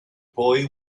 boy